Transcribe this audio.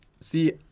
See